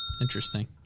Interesting